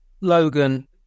Logan